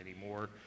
anymore